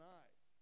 eyes